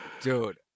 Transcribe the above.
dude